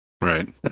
right